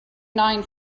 nine